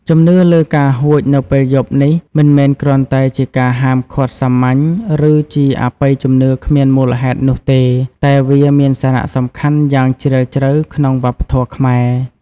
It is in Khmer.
ជំនឿលើការហួចនៅពេលយប់នេះមិនមែនគ្រាន់តែជាការហាមឃាត់សាមញ្ញ ឬជាអបិយជំនឿគ្មានមូលដ្ឋាននោះទេ តែវាមានសារៈសំខាន់យ៉ាងជ្រាលជ្រៅក្នុងវប្បធម៌ខ្មែរ។